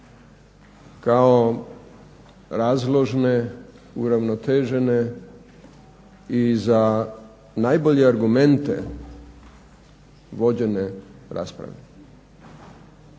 kao razložne, uravnotežene i za najbolje argumente vođene rasprave.